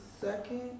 second